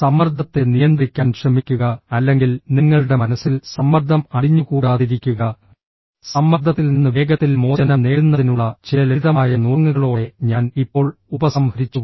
സമ്മർദ്ദത്തെ നിയന്ത്രിക്കാൻ ശ്രമിക്കുക അല്ലെങ്കിൽ നിങ്ങളുടെ മനസ്സിൽ സമ്മർദ്ദം അടിഞ്ഞുകൂടാതിരിക്കുക സമ്മർദ്ദത്തിൽ നിന്ന് വേഗത്തിൽ മോചനം നേടുന്നതിനുള്ള ചില ലളിതമായ നുറുങ്ങുകളോടെ ഞാൻ ഇപ്പോൾ ഉപസംഹരിച്ചു